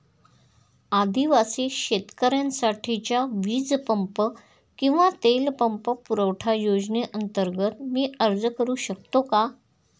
आदिवासी शेतकऱ्यांसाठीच्या वीज पंप किंवा तेल पंप पुरवठा योजनेअंतर्गत मी अर्ज करू शकतो का?